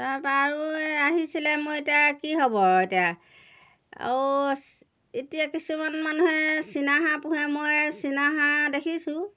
তাৰপৰা আৰু আহিছিলে মই এতিয়া কি হ'ব এতিয়া আৰু এতিয়া কিছুমান মানুহে চীনাহাঁহ পোহে মই চীনাহাঁহ দেখিছোঁ